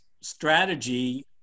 strategy